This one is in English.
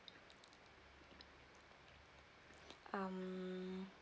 um